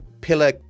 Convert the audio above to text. pillar